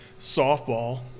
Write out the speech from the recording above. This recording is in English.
softball